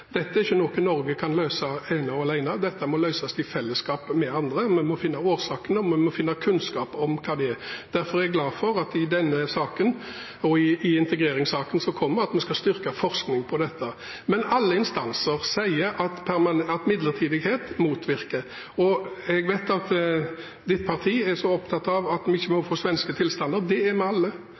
Dette er ikke noe Norge kan løse ene og alene, dette må løses i fellesskap med andre. Vi må finne årsakene, og vi må få kunnskap om hva de er. Derfor er jeg glad for at vi i denne saken, og i integreringssaken som kommer, skal styrke forskningen på dette. Alle instanser sier at midlertidighet motvirker. Jeg vet at representantens parti er opptatt av at vi ikke må få svenske tilstander. Det er vi alle.